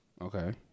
Okay